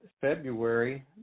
February